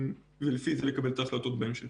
ולפי זה לקבל את ההחלטות בהמשך.